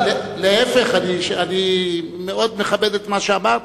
להיפך, אני מאוד מכבד את מה שאמרת.